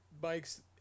bikes